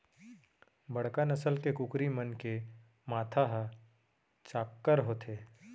बड़का नसल के कुकरी मन के माथा ह चाक्कर होथे